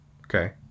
Okay